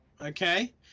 Okay